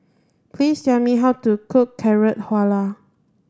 please tell me how to cook Carrot Halwa